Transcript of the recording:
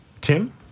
Tim